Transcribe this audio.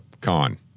con